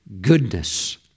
goodness